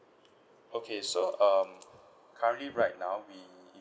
okay so um currently right now we